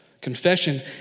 Confession